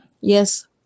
Yes